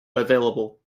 available